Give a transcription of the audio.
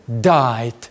died